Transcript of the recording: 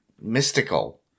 mystical